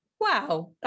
wow